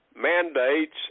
mandates